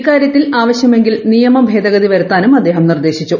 ഇക്കാരൃത്തിൽ ആവശ്യമെങ്കിൽ നിയമഭേദഗതി വരുത്താനും അദ്ദേഹം നിർദ്ദേശിച്ചു